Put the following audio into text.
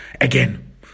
again